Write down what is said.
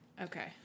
Okay